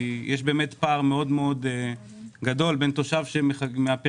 יש פער מאוד גדול בין תושב מהפריפריה